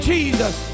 Jesus